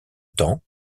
temps